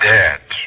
Dead